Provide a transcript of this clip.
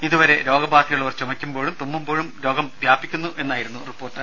ഇതുവരെ രോഗബാധയുള്ളവർ തുമ്മുമ്പോഴുമാണ് ചുമയ്ക്കുമ്പോഴും രോഗം വ്യാപിക്കുന്നതെന്നായിരുന്നു റിപ്പോർട്ട്